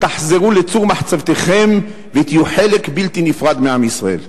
תחזרו לצור מחצבתכם ותהיו חלק בלתי נפרד מעם ישראל.